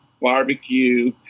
barbecue